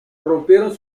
rompieron